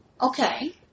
Okay